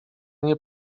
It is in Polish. nie